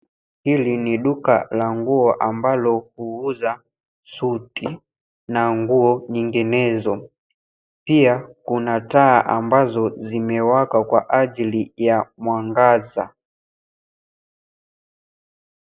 Hili ni duka la nguo ambalo huuza suti na nguo nyinginezo. Pia kuna taa ambazo zimewaka kwa ajili ya mwangaza.